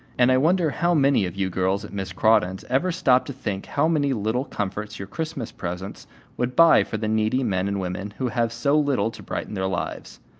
and i wonder how many of you girls at miss crawdon's ever stop to think how many little comforts your christmas presents would buy for the needy men and women who have so little to brighten their lives.